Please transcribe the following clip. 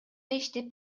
иштеп